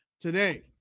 today